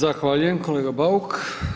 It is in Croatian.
Zahvaljujem kolega Bauk.